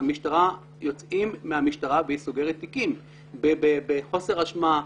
יוצאים מהמשטרה והיא סוגרת תיקים בחוסר אשמה,